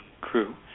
crew